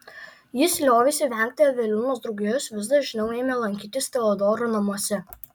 jis liovėsi vengti evelinos draugijos vis dažniau ėmė lankytis teodoro namuose